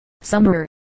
summer